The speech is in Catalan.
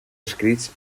escrits